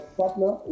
partner